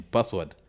Password